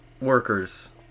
workers